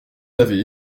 avez